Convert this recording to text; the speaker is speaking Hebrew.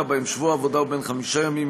שבהם שבוע העבודה הוא בן חמישה ימים,